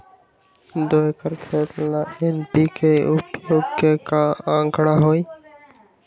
दो एकर खेत ला एन.पी.के उपयोग के का आंकड़ा होई?